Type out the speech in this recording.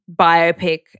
biopic